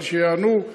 אבל שיענו.